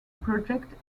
project